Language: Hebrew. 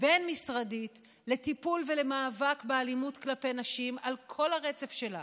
בין-משרדית לטיפול ולמאבק באלימות כלפי נשים על כל הרצף שלה: